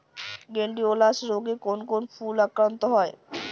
Gladiolus রোগে কোন কোন ফুল আক্রান্ত হয়?